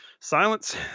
silence